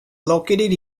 located